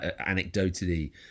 anecdotally